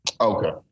Okay